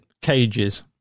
Cages